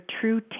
true